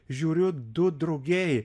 žiūriu du drugiai